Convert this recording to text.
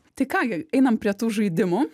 tai ką gi einam prie tų žaidimų